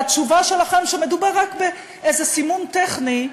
והתשובה שלכם, שמדובר רק באיזה סימון טכני,